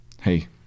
hey